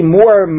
more